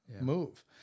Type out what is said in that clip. move